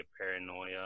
paranoia